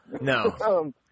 No